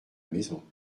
maison